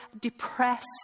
depressed